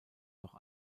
noch